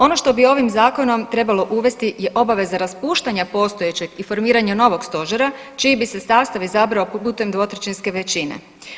Ono što bi ovim zakonom trebalo uvesti je obaveza raspuštanja postojećeg i formiranja novog stožera čiji bi se sastav izabrao putem dvotrećinske većine.